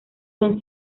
son